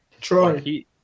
Troy